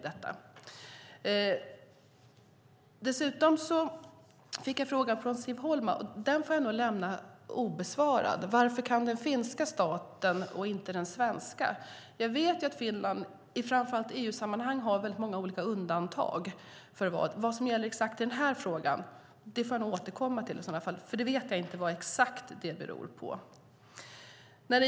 Dessutom fick jag från Siv Holma en fråga som jag nog får lämna obesvarad: Varför kan den finska staten och inte den svenska? Jag vet att Finland i framför allt EU-sammanhang har många olika undantag. Vad som gäller exakt i den här frågan får jag återkomma till, för jag vet inte vad det beror på.